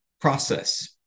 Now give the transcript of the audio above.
process